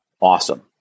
awesome